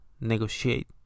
negotiate